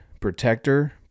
protector